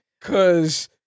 Cause